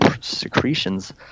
secretions